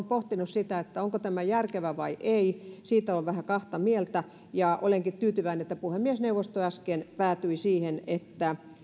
pohtinut sitä onko tämä järkevää vai ei siitä on vähän kahta mieltä ja olenkin tyytyväinen että puhemiesneuvosto äsken päätyi siihen että